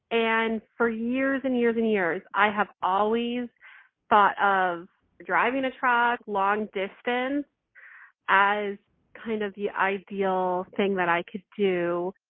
and for years and years and years, i have always thought um driving a truck long distance and as kind of the ideal thing that i could do,